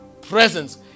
presence